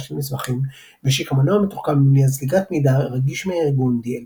של מסמכים והשיקה מנוע מתוחכם למניעת זליגת מידע רגיש מהארגון DLP